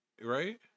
Right